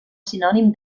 sinònim